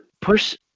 push